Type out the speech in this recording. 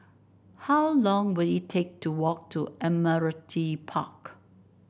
how long will it take to walk to Admiralty Park